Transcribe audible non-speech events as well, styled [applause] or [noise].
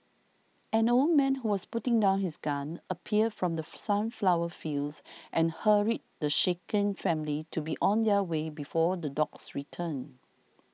an old man who was putting down his gun appeared from the [noise] sunflower fields and hurried the shaken family to be on their way before the dogs return